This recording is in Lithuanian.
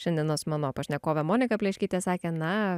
šiandienos mano pašnekovė monika pleškytė sakė na